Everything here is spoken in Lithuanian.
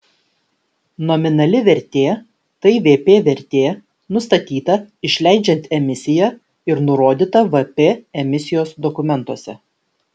nominali vertė tai vp vertė nustatyta išleidžiant emisiją ir nurodyta vp emisijos dokumentuose